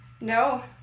No